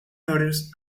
orders